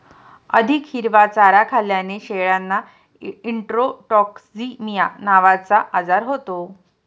अधिक हिरवा चारा खाल्ल्याने शेळ्यांना इंट्रोटॉक्सिमिया नावाचा आजार होतो